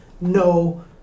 No